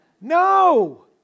No